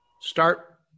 start